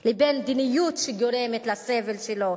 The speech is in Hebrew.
לבין מדיניות שגורמת לסבל שלו.